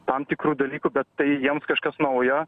tam tikrų dalykų bet tai jiems kažkas naujo